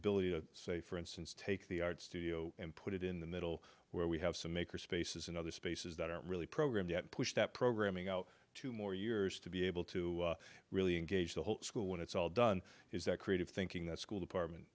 ability to say for instance take the art studio and put it in the middle where we have some acres spaces and other spaces that are really program to push that programming out to more years to be able to really engage the whole school when it's all done is that creative thinking that school department